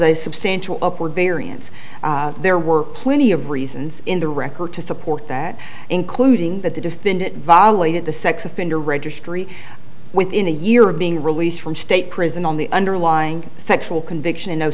a substantial upward variance there were plenty of reasons in the record to support that including that the defendant violated the sex offender registry within a year of being released from state prison on the underlying sexual conviction